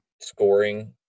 scoring